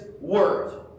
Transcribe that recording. word